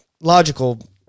logical